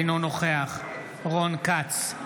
אינו נוכח רון כץ,